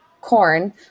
corn